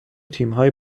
تیمهای